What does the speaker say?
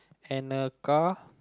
and a car